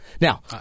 Now